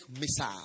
missile